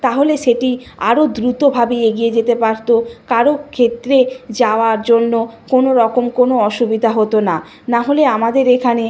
তাহলে সেটি আরও দ্রুতভাবে এগিয়ে যেতে পারত কারও ক্ষেত্রে যাওয়ার জন্য কোনো রকম কোনো অসুবিধা হতো না না হলে আমাদের এখানে